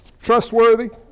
Trustworthy